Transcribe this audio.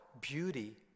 beauty